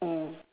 mm